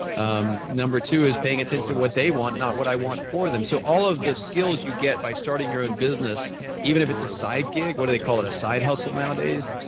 um number two is paying attention to what they want, not what i want for them. so all of the skills you get by starting your own business even if it's a side gig what do they call it, a side hustle nowadays,